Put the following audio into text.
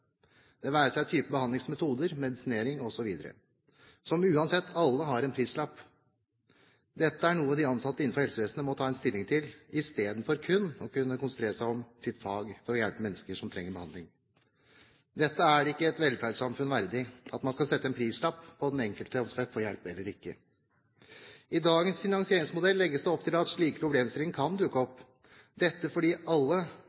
det være seg type behandlingsmetoder, medisinering osv., som uansett alt har en prislapp. Dette er noe de ansatte innenfor helsevesenet må ta stilling til, istedenfor kun å kunne konsentrere seg om sitt fag for å hjelpe mennesker som trenger behandling. Det er ikke et velferdssamfunn verdig at man skal sette en prislapp på om den enkelte skal få hjelp eller ikke. I dagens finansieringsmodell legges det opp til at slike problemstillinger kan dukke opp fordi alle